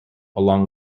along